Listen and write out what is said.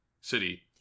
City